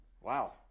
Wow